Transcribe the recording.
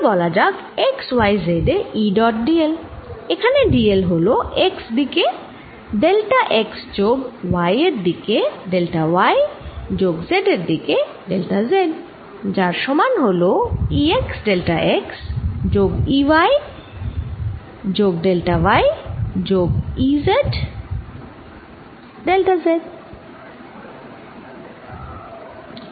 এবার বলা যাক x y z এ E ডট d l যেখানে d l হল x দিকে ডেল্টা x যোগ y দিকে ডেল্টা y যোগ z দিকে ডেল্টা z যার সমান হল E x ডেল্টা x যোগ E y যোগ ডেল্টা y যোগ E z ডেল্টা z